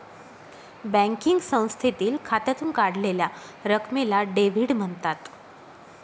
banking संस्थेतील खात्यातून काढलेल्या रकमेला डेव्हिड म्हणतात